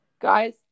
Guys